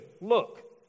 Look